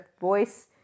voice